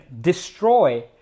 destroy